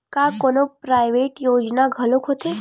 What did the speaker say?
का कोनो प्राइवेट योजना घलोक होथे?